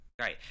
Right